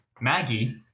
Maggie